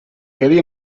quedi